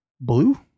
Blue